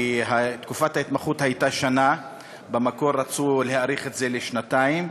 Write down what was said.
כי תקופת ההתמחות הייתה שנה ובמקור רצו להאריך את זה לשנתיים.